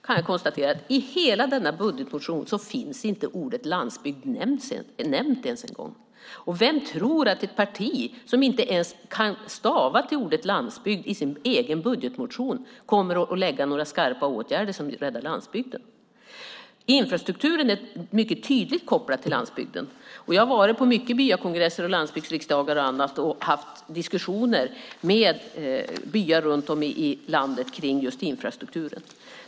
Jag kan konstatera att i hela deras budgetmotion finns ordet "landsbygd" inte ens nämnt! Vem tror att ett parti som inte ens kan stava till ordet "landsbygd" i sin egen budgetmotion kommer att lägga fram några skarpa åtgärder som räddar landsbygden? Infrastrukturen är mycket tydligt kopplad till landsbygden. Jag har varit på många byakongresser, landsbygdsriksdagar och annat och haft diskussioner med byar runt om i landet om just infrastrukturen.